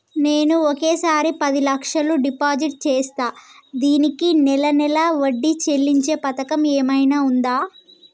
నేను ఒకేసారి పది లక్షలు డిపాజిట్ చేస్తా దీనికి నెల నెల వడ్డీ చెల్లించే పథకం ఏమైనుందా?